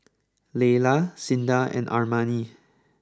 Laylah Cinda and Armani